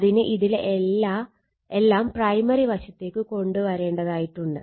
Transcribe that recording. അതിന് ഇതിലെ എല്ലാം പ്രൈമറി വശത്തേക്ക് കൊണ്ട് വരേണ്ടതുണ്ട്